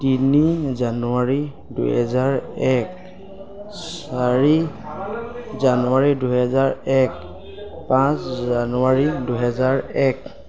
তিনি জানুৱাৰী দুহেজাৰ এক চাৰি জানুৱাৰী দুহেজাৰ এক পাঁচ জানুৱাৰী দুহেজাৰ এক